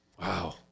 wow